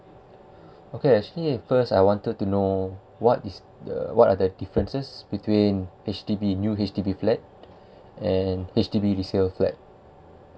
okay actually first I wanted to know what is the what are the differences between H_D_B new H_D_B flat and H_D_B resale flat